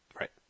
Right